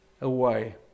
away